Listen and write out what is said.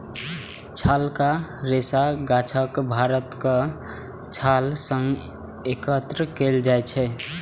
छालक रेशा गाछक भीतरका छाल सं एकत्र कैल जाइ छै